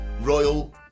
Royal